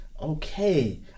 Okay